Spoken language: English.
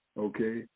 okay